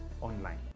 online